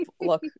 look